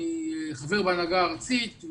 אני חבר בהנהגה הארצית,